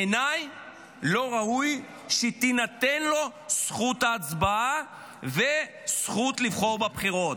בעיניי לא ראוי שתינתן לו זכות הצבעה וזכות לבחור בבחירות,